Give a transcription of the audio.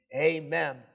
Amen